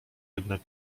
jednak